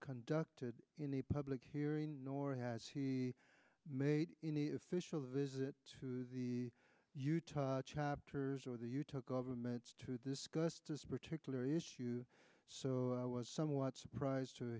conducted in the public hearing nor has he made any official visit to the chapters or the you took governments to discuss this particular issue so i was somewhat surprised to